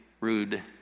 rude